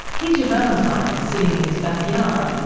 peter valentine is sitting in his backyard,